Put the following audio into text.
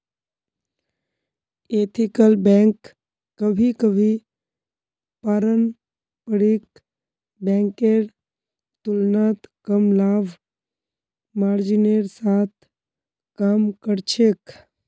ethical bank कभी कभी पारंपरिक बैंकेर तुलनात कम लाभ मार्जिनेर साथ काम कर छेक